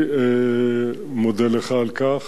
אני מודה לך על כך,